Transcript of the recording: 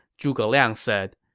zhuge liang said,